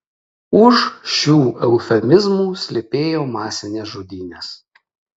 už šių eufemizmų slypėjo masinės žudynės